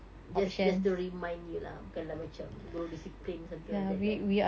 just just to remind you lah bukan lah macam guru discipline something like that kan